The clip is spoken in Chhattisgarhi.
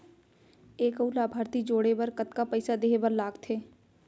एक अऊ लाभार्थी जोड़े बर कतका पइसा देहे बर लागथे?